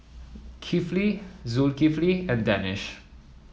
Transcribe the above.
Kifli Zulkifli and Danish